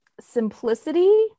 simplicity